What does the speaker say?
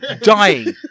dying